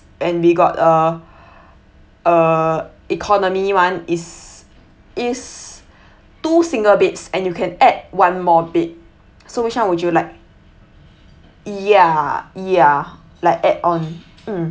and we got a uh economy one is is two single beds and you can add one more bed so which one would you like yeah yeah like add on mm